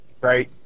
right